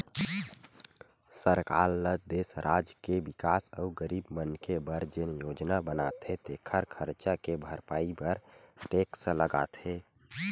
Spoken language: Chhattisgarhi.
सरकार ल देस, राज के बिकास अउ गरीब मनखे बर जेन योजना बनाथे तेखर खरचा के भरपाई बर टेक्स लगाथे